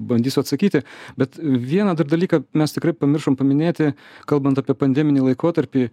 bandysiu atsakyti bet vieną dalyką mes tikrai pamiršom paminėti kalbant apie pandeminį laikotarpį